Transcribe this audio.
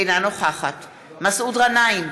אינה נוכחת מסעוד גנאים,